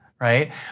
right